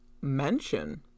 mention